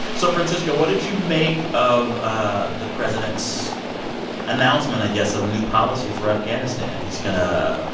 so francisco, what did you make of ah the president's announcement, i guess, of a new policy for afghanistan? he's going to,